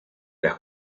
las